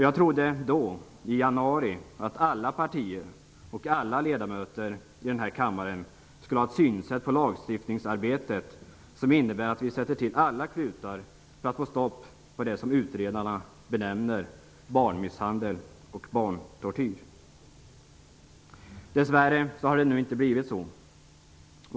Jag trodde i januari att alla partier och alla ledamöter i kammaren skulle ha en inställning till lagstiftningsarbetet som innebar att vi skulle sätta till alla klutar för att få stopp på det som utredarna benämner barnmisshandel och barntortyr. Det har dess värre inte blivit så.